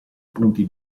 punti